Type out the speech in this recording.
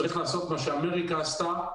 צריך לעשות מה שאמריקה עשתה,